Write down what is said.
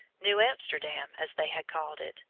new amsterdam, as they had called it,